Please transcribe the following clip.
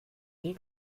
die